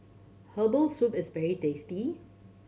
herbal soup is very tasty